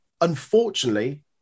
unfortunately